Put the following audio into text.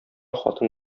хатын